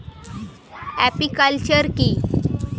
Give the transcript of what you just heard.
Apiculture কি?